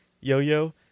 yo-yo